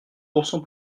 pourcent